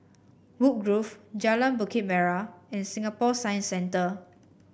Woodgrove Jalan Bukit Merah and Singapore Science Centre